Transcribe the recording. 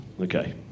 okay